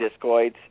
discoids